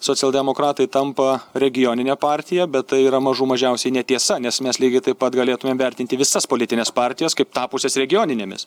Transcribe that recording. socialdemokratai tampa regionine partija bet tai yra mažų mažiausiai netiesa nes mes lygiai taip pat galėtumėm vertinti visas politines partijas kaip tapusias regioninėmis